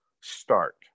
start